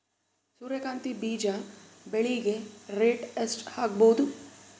ಸೂರ್ಯ ಕಾಂತಿ ಬೀಜ ಬೆಳಿಗೆ ರೇಟ್ ಎಷ್ಟ ಆಗಬಹುದು?